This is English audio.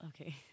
Okay